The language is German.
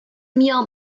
mir